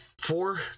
four